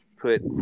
put